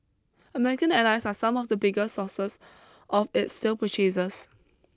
American allies are some of the biggest sources of its steel purchases